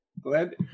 Glad